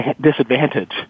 disadvantage